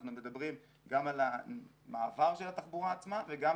אנחנו מדברים גם על המעבר של התחבורה עצמה וגם